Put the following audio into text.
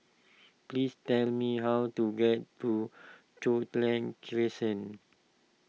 please tell me how to get to Crescent